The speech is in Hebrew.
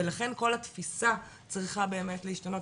ולכן כל התפיסה צריכה באמת להשתנות,